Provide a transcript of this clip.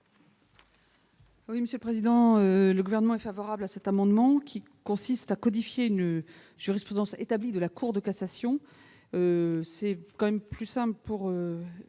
Oui, Monsieur le Président, le gouvernement est favorable à cet amendement qui consiste à codifier une jurisprudence établie de la Cour de cassation, c'est quand même plus sympa pour